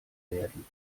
werden